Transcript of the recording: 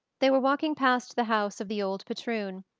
they were walking past the house of the old patroon,